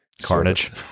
Carnage